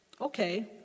Okay